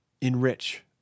enrich